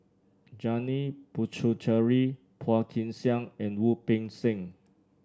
Janil Puthucheary Phua Kin Siang and Wu Peng Seng